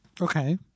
Okay